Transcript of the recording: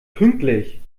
pünktlich